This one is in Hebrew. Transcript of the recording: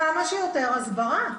כמה שיותר הסברה.